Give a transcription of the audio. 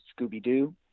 Scooby-Doo